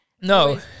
No